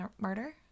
Murder